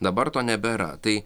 dabar to nebėra tai